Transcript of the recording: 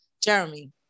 Jeremy